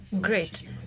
Great